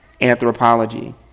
anthropology